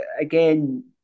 again